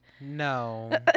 No